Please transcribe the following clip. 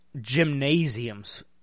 gymnasiums